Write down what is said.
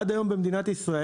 עד היום אין במדינת ישראל,